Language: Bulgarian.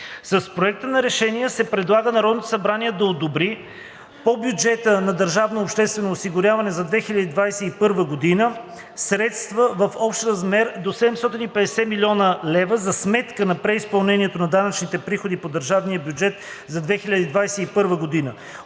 С Проекта на решение се предлага Народното събрание да одобри по бюджета на държавното обществено осигуряване за 2021 г. средства в общ размер до 750 млн. лв. за сметка на преизпълнението на данъчните приходи по държавния бюджет за 2021 г.